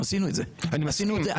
ועשינו את זה עד לא מזמן.